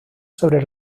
sobre